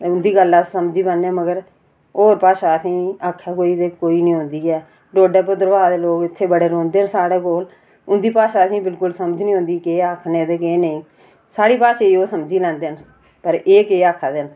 उंदी गल्ल अस समझी पाने मगर होर भाषा असेंगी आक्खै कोई ते कोई नी आंदी ऐ डोडा भद्रवाह दे लोग इत्थै बड़े रौह्ंदे न साढ़े कोल उंदी भाषा असेंगी बिल्कुल समझ नीं आंदी केह् आखने न केह् नेईं साढ़ी भाषा गी ओह् समझी लैंदे न पर एह् केह् आक्खा दे न